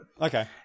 Okay